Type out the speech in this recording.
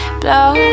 blow